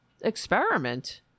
experiment